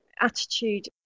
attitude